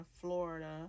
Florida